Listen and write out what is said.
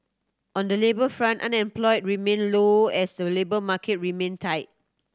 on the labour front unemployment remained low as the labour market remained tight